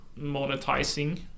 monetizing